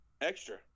extra